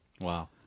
wow